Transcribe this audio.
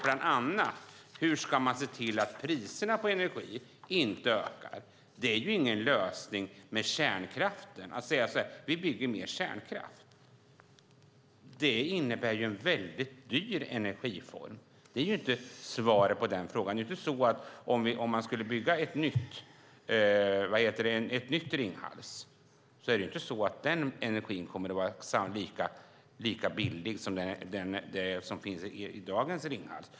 Det handlar bland annat om hur man ska se till att priserna på energi inte ökar. Det är ingen lösning att säga att vi ska bygga mer kärnkraft. Det är en mycket dyr energiform. Det är inte lösningen på det problemet. Om man skulle bygga ett nytt Ringhals kommer inte energin därifrån att vara lika billig som den energi som kommer från dagens Ringhals.